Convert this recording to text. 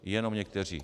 Jenom někteří.